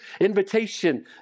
invitation